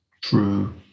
true